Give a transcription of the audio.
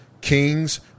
kings